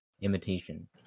imitation